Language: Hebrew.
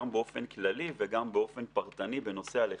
גם באופן כללי וגם אופן פרטני בנושא הלחימה.